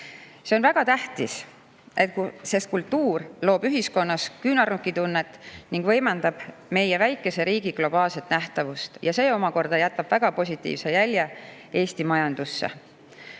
See on väga tähtis, sest kultuur loob ühiskonnas küünarnukitunnet ning võimendab meie väikese riigi globaalset nähtavust. See omakorda jätab väga positiivse jälje Eesti majandusse.